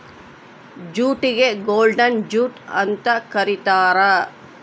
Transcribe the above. ಜೂಟಿಗೆ golden jute ಅಂತ ಕರೀತಾರ